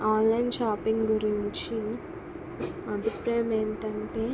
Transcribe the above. online shopping గురించి అభిప్రాయము ఏమిటి అంటే